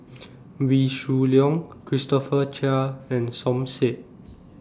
Wee Shoo Leong Christopher Chia and Som Said